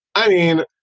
i mean,